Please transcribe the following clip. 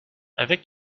avec